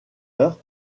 heure